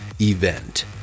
Event